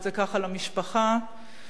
למשפחה,